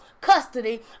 custody